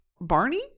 Barney